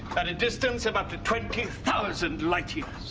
at a distance of up to twenty thousand light-years!